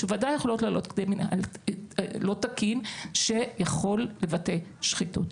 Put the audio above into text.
שבוודאי יכולות לעלות כדי מינהל לא תקין שיכול לבטא שחיתות.